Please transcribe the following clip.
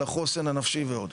על החוסן הנפשי ועוד.